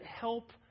help